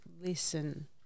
listen